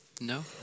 No